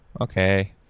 Okay